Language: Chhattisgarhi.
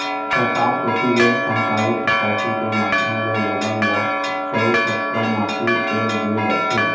सरकार कोती ले सहकारी सोसाइटी के माध्यम ले लोगन ल चाँउर, सक्कर, माटी तेल दिये जाथे